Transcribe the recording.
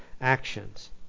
actions